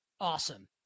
Awesome